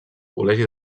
col·legi